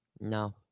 No